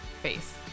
Face